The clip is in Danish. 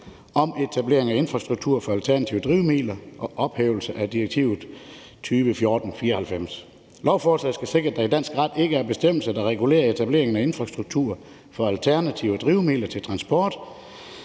om etablering af infrastruktur for alternative drivmidler og om ophævelse af direktiv 2014/94/EU. Lovforslaget skal sikre, at der i dansk ret ikke er bestemmelser, der regulerer etableringen af infrastruktur for alternative drivmidler til transport,